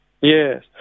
Yes